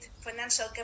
financial